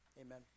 amen